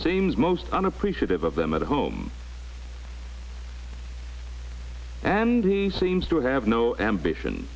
seems most unappreciative of them at home and he seems to have no ambition